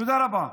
תודה רבה.